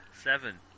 Seven